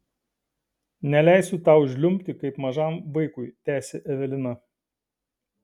neleisiu tau žliumbti kaip mažam vaikui tęsė evelina